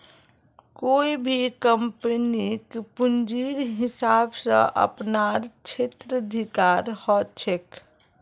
कोई भी कम्पनीक पूंजीर हिसाब स अपनार क्षेत्राधिकार ह छेक